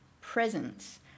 presence